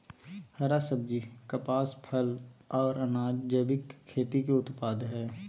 हरा सब्जी, कपास, फल, आर अनाज़ जैविक खेती के उत्पाद हय